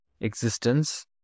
existence